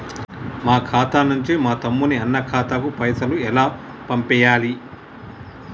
మా ఖాతా నుంచి మా తమ్ముని, అన్న ఖాతాకు పైసలను ఎలా పంపియ్యాలి?